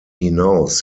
hinaus